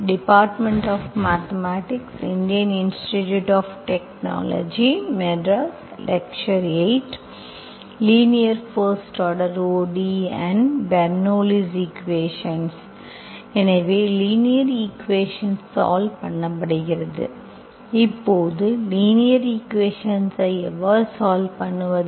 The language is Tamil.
linear first order ODE and Bernoulli's equation எனவே லீனியர் ஈக்குவேஷன் சால்வ் பண்ணப்படுகிறது இப்போது லீனியர் ஈக்குவேஷன்ஐ எவ்வாறு சால்வ் பண்ணுவது